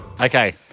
Okay